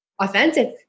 authentic